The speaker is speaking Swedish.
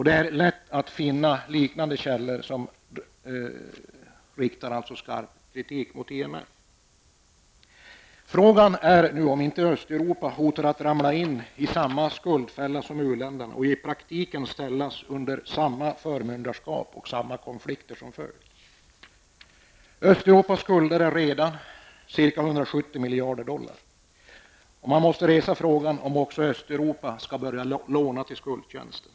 Det är lätt att finna liknande källor som riktar skarp kritik mot IMF. Frågan är om nu inte Östeuropa hotar att ramla in i samma skuldfälla som u-länderna och i praktiken ställas under samma förmyndarskap med samma konflikter som följd. Östeuropas skulder är redan ca 170 miljarder dollar. Man måste ställa frågan om också Östeuropa skall börja låna till skuldtjänsten.